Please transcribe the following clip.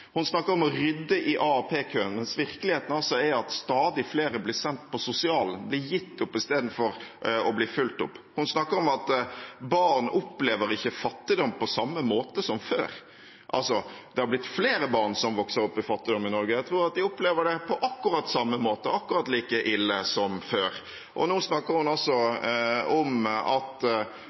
Hun snakker om å rydde i AAP-køen, mens virkeligheten altså er at stadig flere blir sendt på sosialen, blir gitt opp istedenfor å bli fulgt opp. Hun snakker om at barn ikke opplever fattigdom på samme måte som før. Det har altså blitt flere barn som vokser opp i fattigdom i Norge, og jeg tror at de opplever det på akkurat samme måte, akkurat like ille som før. Og nå snakker hun om at